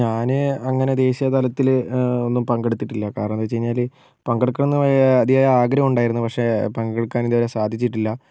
ഞാൻ അങ്ങനെ ദേശീയ തലത്തിൽ ഒന്നും പങ്കെടുത്തിട്ടില്ല കാരണംന്നു വെച്ച് കഴിഞ്ഞാൽ പങ്കെടുക്കണമെന്ന് വലിയ അതിയായ ആഗ്രഹമുണ്ടായിരുന്നു പക്ഷേ പങ്കെടുക്കാൻ ഇതുവരെ സാധിച്ചിട്ടില്ല